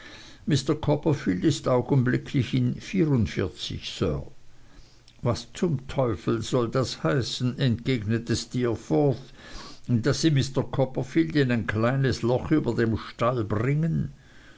mr copperfield ist augenblicklich in vierundvierzig sir was zum teufel soll das heißen entgegnete steerforth daß sie mr copperfield in ein kleines loch über dem stall bringen